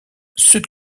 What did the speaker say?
sud